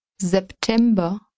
September